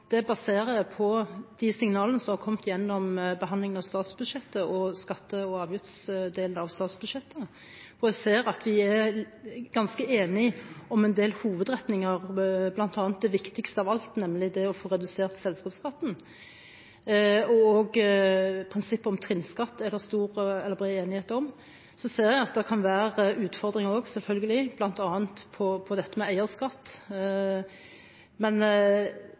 skatte- og avgiftsdelen av statsbudsjettet. Jeg ser at vi er ganske enige om en del hovedretninger, bl.a. det viktigste av alt, nemlig å få redusert selskapsskatten. Prinsippet om trinnskatt er det også bred enighet om. Så ser jeg at det kan være utfordringer også selvfølgelig, bl.a. når det gjelder dette med eierskatt. Men